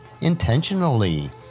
intentionally